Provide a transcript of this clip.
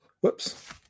whoops